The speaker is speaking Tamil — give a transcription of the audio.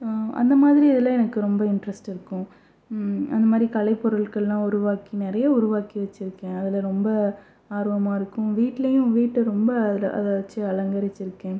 அந்தமாதிரி இதில் எனக்கு ரொம்ப இன்ட்ரஸ்ட் இருக்கும் அந்தமாதிரி கலை பொருட்களெலாம் உருவாக்கி நிறைய உருவாக்கி வச்சுருக்கேன் அதில் ரொம்ப ஆர்வமாக இருக்கும் வீட்லேயும் வீட்டை ரொம்ப அதில் அதை வச்சு அலங்கரித்து இருக்கேன்